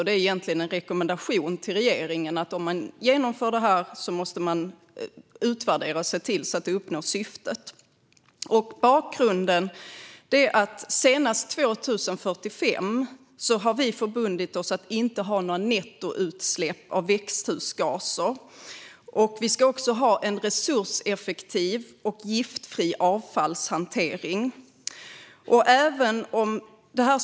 Det är egentligen en rekommendation till regeringen: Om man genomför detta måste man utvärdera och se till att det uppnår syftet. Bakgrunden är att vi har förbundit oss att senast 2045 inte ha några nettoutsläpp av växthusgaser. Vi ska också ha en resurseffektiv och giftfri avfallshantering.